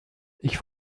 ich